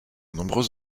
nombreux